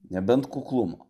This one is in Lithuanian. nebent kuklumo